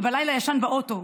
ובלילה ישן באוטו.